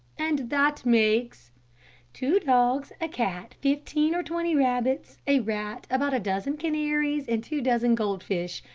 and that makes two dogs, a cat, fifteen or twenty rabbits, a rat, about a dozen canaries, and two dozen goldfish,